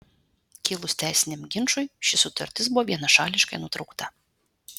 kilus teisiniam ginčui ši sutartis buvo vienašališkai nutraukta